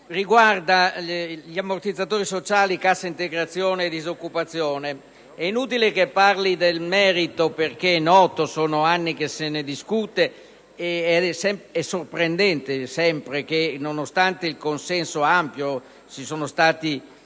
riguarda gli ammortizzatori sociali cassa integrazione e disoccupazione. È inutile che parli del merito, perché è noto, sono anni che se ne discute ed è sempre sorprendente che, nonostante il consenso ampio (ci sono stati